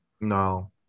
No